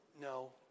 no